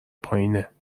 پایینه